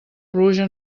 pluja